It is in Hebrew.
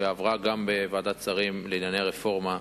שעברה גם בוועדת שרים לענייני רפורמה,